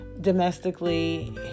domestically